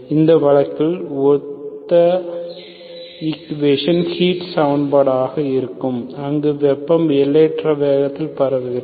இந்த வழக்கில் ஒத்த ஈக்குவேஷன் ஹீட் சமன்பாடாக இருக்கும் அங்கு வெப்பம் எல்லையற்ற வேகத்தில் பரவுகிறது